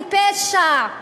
לפשע.